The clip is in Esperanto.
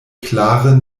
klare